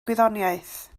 gwyddoniaeth